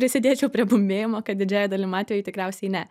prisidėčiau prie bumbėjimo kad didžiąja dalim atvejų tikriausiai ne